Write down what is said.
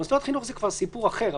מוסדות חינוך זה כבר סיפור אחר,